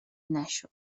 نشو